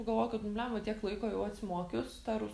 pagalvojau kad nu bliamba tiek laiko juos atsimokius tą rusų